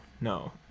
no